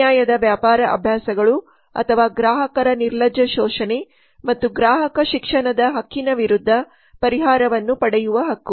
ಅನ್ಯಾಯದ ವ್ಯಾಪಾರ ಅಭ್ಯಾಸಗಳು ಅಥವಾ ಗ್ರಾಹಕರ ನಿರ್ಲಜ್ಜ ಶೋಷಣೆ ಮತ್ತು ಗ್ರಾಹಕ ಶಿಕ್ಷಣದ ಹಕ್ಕಿನ ವಿರುದ್ಧ ಪರಿಹಾರವನ್ನು ಪಡೆಯುವ ಹಕ್ಕು